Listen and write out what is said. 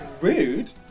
Rude